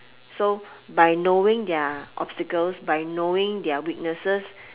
so by knowing their obstacles by knowing their weaknesses